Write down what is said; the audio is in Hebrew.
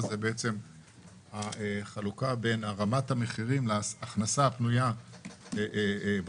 זו החלוקה בין רמת המחירים להכנסה הפנויה במשק.